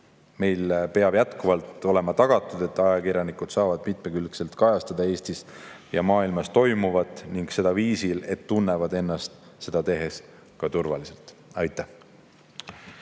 Meil peab jätkuvalt olema tagatud, et ajakirjanikud saavad mitmekülgselt kajastada Eestis ja maailmas toimuvat ning teha seda sel viisil, et nad saavad seda tehes ka ennast turvaliselt tunda. Aitäh!